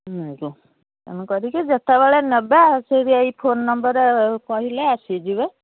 ତେଣୁ କରିକି ଯେତେବେଳେ ନେବା ସେଇ ଏଇ ଫୋନ୍ ନମ୍ବର୍ରେ କହିଲେ ଆସିଯିବେ